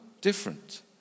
different